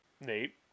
Nate